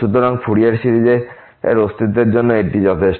সুতরাং ফুরিয়ার সিরিজের অস্তিত্বের জন্য এটি যথেষ্ট